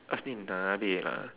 ask ni nabeh lah